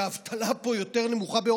שהאבטלה פה יותר נמוכה.